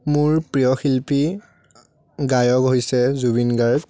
মোৰ প্ৰিয় শিল্পী গায়ক হৈছে জুবিন গাৰ্গ